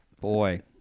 boy